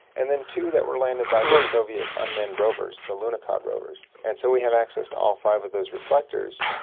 and then two that were landed by the soviet unmanned rovers, the lunokhod rovers. and so we have access to all five of those reflectors,